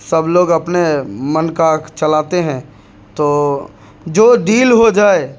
سب لوگ اپنے من کا چلاتے ہیں تو جو ڈیل ہو جائے